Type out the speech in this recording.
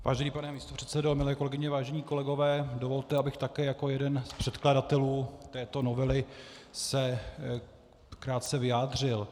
Vážený pane místopředsedo, milé kolegyně, vážení kolegové, dovolte, abych také jako jeden z předkladatelů této novely se krátce vyjádřil.